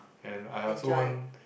and I also want